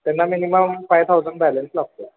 त्यांना minimum five thousand balance लागतो